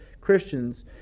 Christians